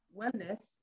wellness